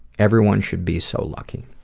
everyone should be so lucky.